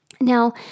Now